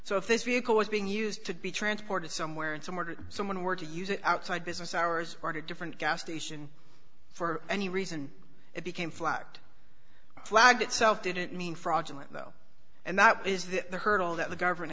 if this vehicle was being used to be transported somewhere in somewhere to someone were to use it outside business hours or to different gas station for any reason it became flagged flagged itself didn't mean fraudulent though and that is the hurdle that the government